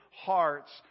hearts